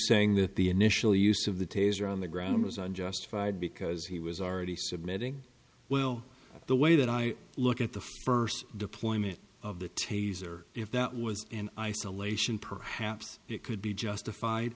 saying that the initial use of the taser on the ground was unjustified because he was already submitting well the way that i look at the first deployment of the taser if that was in isolation perhaps it could be justified